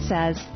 Says